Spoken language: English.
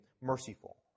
merciful